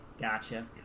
Gotcha